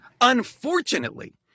unfortunately